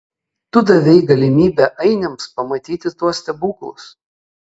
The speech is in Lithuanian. tu davei galimybę ainiams pamatyti tuos stebuklus